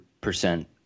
percent